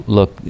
Look